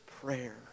prayer